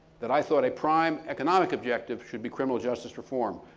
that i thought a prime economic objective should be criminal justice reform.